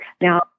Now